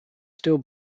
still